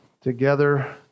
together